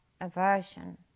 aversion